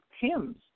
Hymns